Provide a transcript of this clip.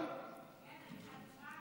אתה אומר,